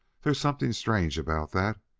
there's something strange about that,